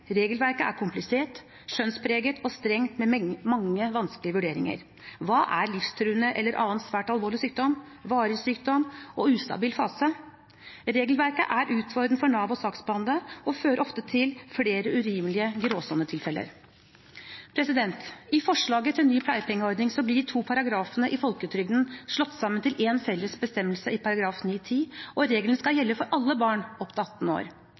Regelverket er komplisert, skjønnspreget og strengt, med mange vanskelige vurderinger. Hva er livstruende eller annen svært alvorlig sykdom? Hva er varig sykdom? Hva er ustabil fase? Det er utfordrende for Nav å saksbehandle ut ifra regelverket, og det fører ofte til flere urimelige gråsonetilfeller. I forslaget til ny pleiepengeordning blir de to paragrafene i folketrygdloven slått sammen til én felles bestemmelse i § 9-10, og regelen skal gjelde for alle barn opp til 18 år.